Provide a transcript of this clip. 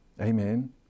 Amen